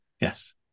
Yes